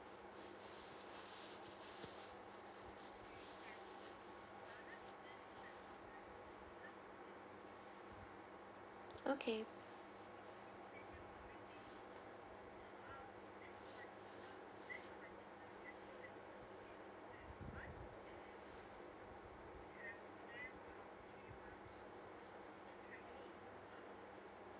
okay